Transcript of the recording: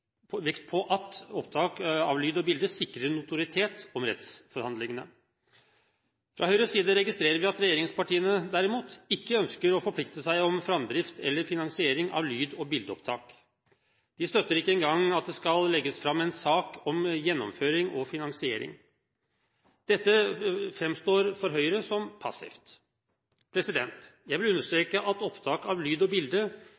vekt på at opptak av lyd og bilde sikrer notoritet om rettsforhandlingene. Fra Høyres side registrerer vi at regjeringspartiene ikke ønsker å forplikte seg på framdrift eller finansiering av lyd- og bildeopptak. De støtter ikke engang at det skal legges fram en sak om gjennomføring og finansiering. Dette framstår for Høyre som passivt. Jeg vil understreke at opptak av lyd og bilde